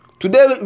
Today